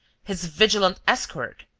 his vigilant escort.